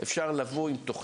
גם כן קשורה לדו"ח של ביטוח